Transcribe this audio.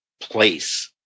place